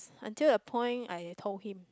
until the point I told him